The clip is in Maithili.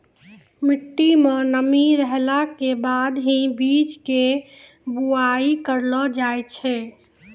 मिट्टी मं नमी रहला के बाद हीं बीज के बुआई करलो जाय छै